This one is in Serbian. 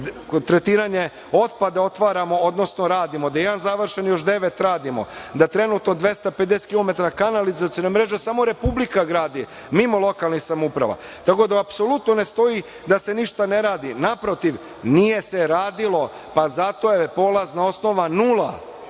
za tretiranje otpada otvaramo, odnosno radimo, da je jedan završen, još devet radimo, da trenutno 250 kilometara kanalizacione mreže samo Republika gradi, mimo lokalnih samouprava. Tako da, apsolutno ne stoji da se ništa ne radi, naprotiv. Nije se radilo, pa zato je polazna osnova nula,